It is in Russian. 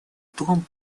том